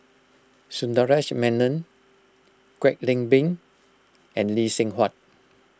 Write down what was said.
Sundaresh Menon Kwek Leng Beng and Lee Seng Huat